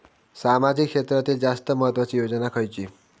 सामाजिक क्षेत्रांतील जास्त महत्त्वाची योजना खयची?